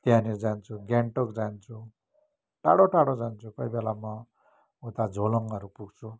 त्यहाँनिर जान्छु गान्तोक जान्छु टाढो टाढो जान्छु कोही बेला म उता झोलुङहरू पुग्छु